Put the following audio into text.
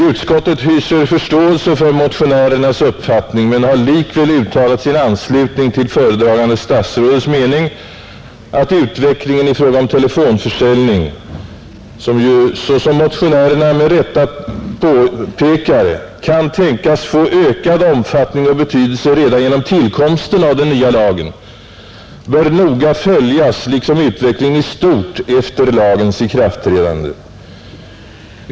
Utskottet hyser förståelse för motionärernas uppfattning men har likväl uttalat sin anslutning till föredragande statsrådets mening att utvecklingen i fråga om telefonförsäljning, som ju — som motionärerna med rätta påpekar — kan tänkas få ökad omfattning och betydelse redan genom tillkomsten av den nya lagen, bör noga följas liksom utvecklingen i stort efter lagens ikraftträdande,.